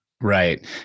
Right